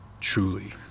Truly